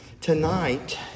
Tonight